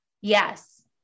Yes